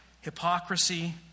hypocrisy